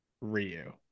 Ryu